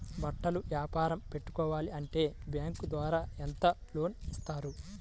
బట్టలు వ్యాపారం పెట్టుకోవాలి అంటే బ్యాంకు ద్వారా ఎంత లోన్ ఇస్తారు?